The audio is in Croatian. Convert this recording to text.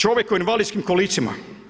Čovjek u invalidskim kolicima.